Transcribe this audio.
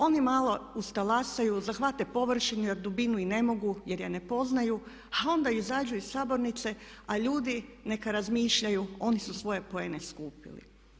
Oni malo ustalasaju, zahvate površinu jer dubinu i ne mogu jer je ne poznaju a onda izađu iz sabornice a ljudi neka razmišljaju, oni su svoje poene skupili.